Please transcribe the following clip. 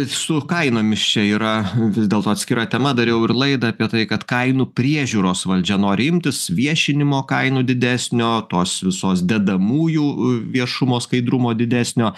su kainomis čia yra vis dėlto atskira tema dariau ir laidą apie tai kad kainų priežiūros valdžia nori imtis viešinimo kainų didesnio tos visos dedamųjų viešumo skaidrumo didesnio